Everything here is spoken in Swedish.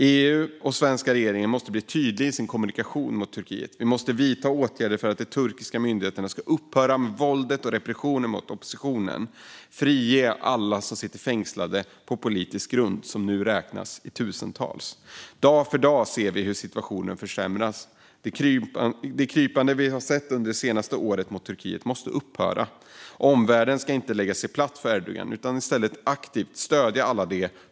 EU och den svenska regeringen måste bli tydligare i sin kommunikation med Turkiet. Vi måste vidta åtgärder för att de turkiska myndigheterna ska upphöra med våldet och repressionen mot oppositionen och frige alla som sitter fängslade på politisk grund, som nu räknas i tusental. Dag för dag ser vi hur situationen försämras. Som exempel kan nämnas Istanbulkonventionen om förebyggande och bekämpning av våld mot kvinnor och våld i hemmet, som det är oroväckande att Turkiet nu har lämnat.